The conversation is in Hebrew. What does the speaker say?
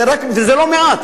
וזה לא מעט,